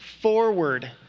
forward